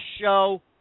show